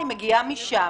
אני מגיעה משם,